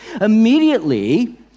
immediately